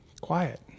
Quiet